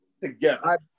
together